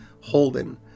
Holden